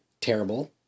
terrible